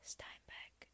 Steinbeck